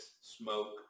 Smoke